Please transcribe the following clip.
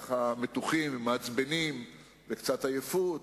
יכולים להגיד: מה התועלת שהשוק מלא בפרי ומלא בעופות אם הפועל הפשוט,